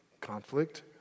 conflict